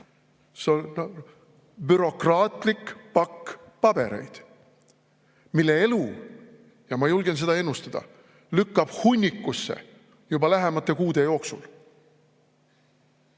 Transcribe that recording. on bürokraatlik pakk pabereid, mille elu – ma julgen seda ennustada – lükkab hunnikusse juba lähemate kuude jooksul.